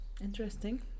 Interesting